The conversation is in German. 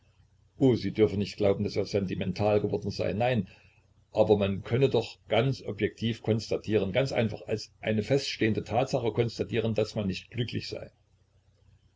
oh sie dürfe nicht glauben daß er sentimental geworden sei nein aber man könne doch ganz objektiv konstatieren ganz einfach als eine feststehende tatsache konstatieren daß man nicht glücklich sei